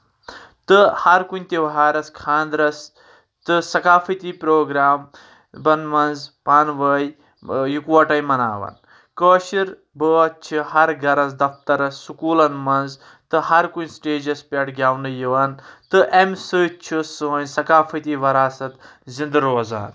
تہٕ ہر کُنہِ تیہارس خانٛدرس تہٕ سقافتی پروگرام بن منٛز پانہٕ وٲے یکوٹے مناوان کٲشِر بٲتھ چھِ ہر گرس دفترس سکوٗلن منٛز تہٕ ہر کُنہِ سٹیجس پؠٹھ گؠونہٕ یِوان تہٕ امہِ سۭتۍ چھُ سٲنۍ سقافتی ورست زِندٕ روزان